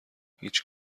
هیچ